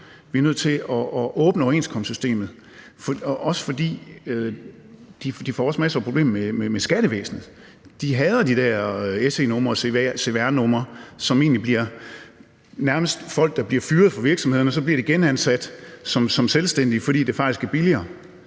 Vi er nødt til at åbne overenskomstsystemet, også fordi de får masser af problemer med skattevæsenet. De hader de der se-numre og cvr-numre, hvor det egentlig nærmest er folk, som bliver fyret fra virksomhederne, og som så bliver genansat som selvstændige, fordi det faktisk er billigere.